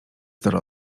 samemu